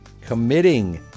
committing